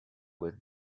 with